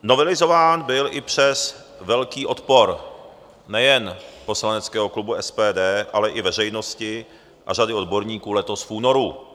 Novelizován byl i přes velký odpor nejen poslaneckého klubu SPD, ale i veřejnosti a řady odborníků letos v únoru.